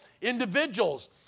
individuals